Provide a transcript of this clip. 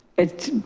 it